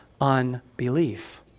unbelief